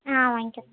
ஆ வாங்க்கிறேன்